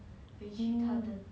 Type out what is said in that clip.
回去他的